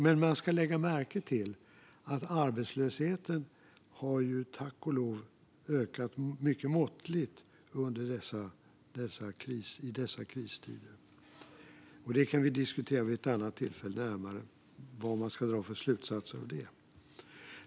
Man ska dock lägga märke till att arbetslösheten tack och lov har ökat mycket måttligt under dessa kristider. Vi kan diskutera närmare vid ett annat tillfälle vad man ska dra för slutsatser av det.